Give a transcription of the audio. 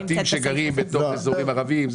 תקציב המזומן מיועד עבור הפרויקטים הישנים.